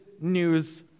news